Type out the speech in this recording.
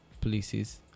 places